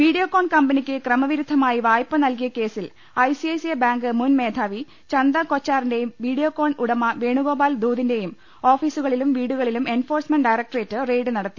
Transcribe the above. Videocon കമ്പനിക്ക് ക്രമവിരുദ്ധമായി വായ്പ നൽകിയ കേസിൽ ഐസിഐസിഐ ബാങ്ക് മുൻ മേധാവി ഛന്ദ കൊച്ചാറിന്റെയും വീഡിയോകോൺ ഉടമ വേണുഗോ പാൽ ധൂതിന്റെയും ഓഫീസുകളിലും വീടുകളിലും എൻഫോ ഴ്സ്മെന്റ് ഡയറക്ട്രേറ്റ് റെയ്ഡ് നടത്തി